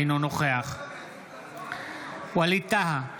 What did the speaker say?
אינו נוכח ווליד טאהא,